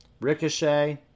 Ricochet